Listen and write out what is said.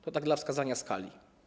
To tak dla wskazania skali.